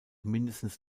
mindestens